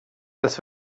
das